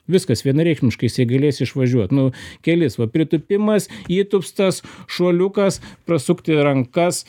viskas vienareikšmiškai galės išvažiuot nu kelis va pritūpimas įtūpstas šuoliukas prasukti rankas